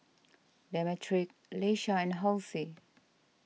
Demetric Iesha and Halsey